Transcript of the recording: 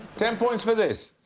ten points for this.